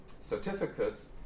certificates